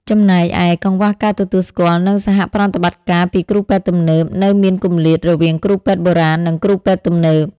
ចំណែកឯ កង្វះការទទួលស្គាល់ និងសហប្រតិបត្តិការពីគ្រូពេទ្យទំនើប នៅមានគម្លាតរវាងគ្រូពេទ្យបុរាណ និងគ្រូពេទ្យទំនើប។